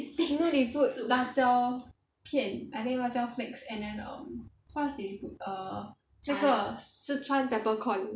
no they put 辣椒片 I think 辣椒 flakes and then um what else did they put um 那个四川 peppercorn